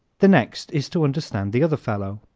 the next is to understand the other fellow.